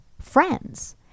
friends